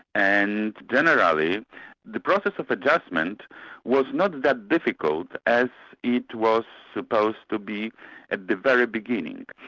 and generally the process of adjustment was not that difficult as it was supposed to be at the very beginning.